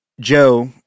joe